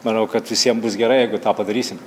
manau kad visiem bus gerai jeigu tą padarysim